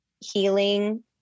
healing